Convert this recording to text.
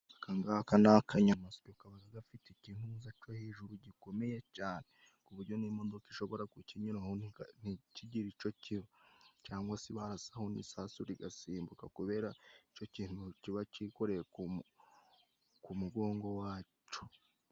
Akangaka ni akanyamasyo, kaba gafite ikintuza cyo hejuru gikomeye cane ku buryo n'imodoka ishobora kukanyura hejuru ntigira icyo kiba cyangwa se bararasaho n'isasu rigasimbuka kubera icyo kintu kiba kikoreye ku mugongo waco.